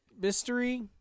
mystery